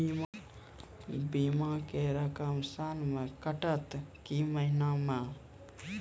बीमा के रकम साल मे कटत कि महीना मे?